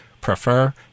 prefer